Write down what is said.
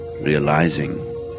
realizing